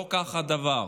לא כך הדבר.